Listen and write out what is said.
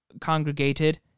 congregated